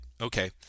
Okay